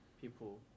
people